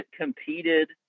competed